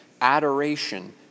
adoration